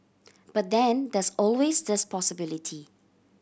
but then there's always this possibility